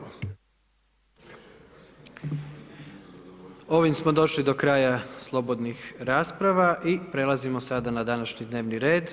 Ovim smo došli do kraja slobodnih rasprava i prelazimo sada na današnji dnevni red.